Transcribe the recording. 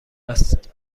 است